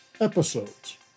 episodes